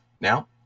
Now